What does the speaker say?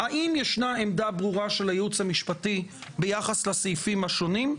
אם ישנה עמדה ברורה של הייעוץ המשפטי ביחס לסעיפים השונים,